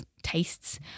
tastes